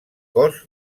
cos